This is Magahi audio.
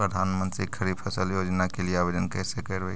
प्रधानमंत्री खारिफ फ़सल योजना के लिए आवेदन कैसे करबइ?